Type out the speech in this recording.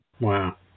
Wow